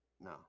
No